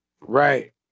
Right